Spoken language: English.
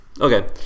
okay